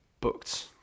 booked